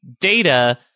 Data